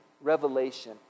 revelation